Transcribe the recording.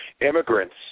immigrants